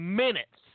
minutes